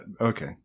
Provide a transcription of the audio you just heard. Okay